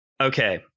Okay